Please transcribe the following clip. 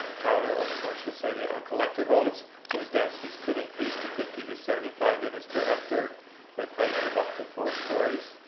so should say the collector votes those densities could increase to fifty to seventy five units per hectare with heights of up to four stories.